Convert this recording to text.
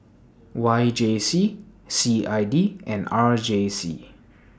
Y J C C I D and R J C